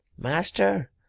Master